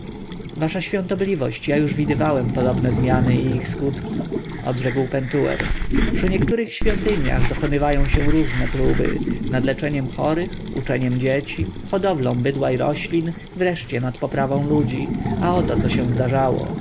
wasza świątobliwość ja już widywałem podobne zmiany i ich skutki odrzekł pentuer przy niektórych świątyniach dokonywają się różne próby nad leczeniem chorych uczeniem dzieci hodowlą bydła i roślin wreszcie nad poprawą ludzi a oto co się zdarzyło